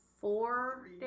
four